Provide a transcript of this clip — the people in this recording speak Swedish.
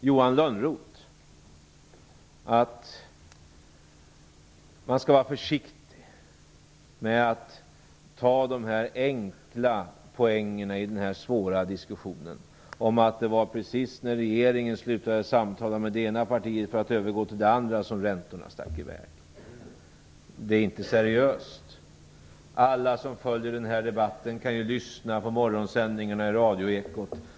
Johan Lönnroth, man skall vara försiktig med att ta enkla poäng i den här svåra diskussionen genom att tala om att det var precis när regeringen slutade samtala med det ena partiet för att övergå till det andra som räntorna stack i väg. Det är inte seriöst. Alla som följer den här debatten kan lyssna på radions morgonsändningar i Ekot.